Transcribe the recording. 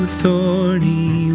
thorny